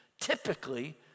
typically